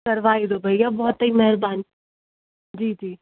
करवाई दो भैया बहुत ही मेहरबानी जी जी